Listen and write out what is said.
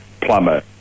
plumber